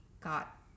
got